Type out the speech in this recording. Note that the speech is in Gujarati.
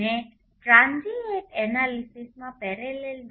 મેં ટ્રાંન્જિએંટ એનાલિસિસ માં parallel